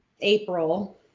April